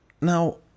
Now